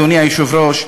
אדוני היושב-ראש,